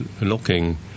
looking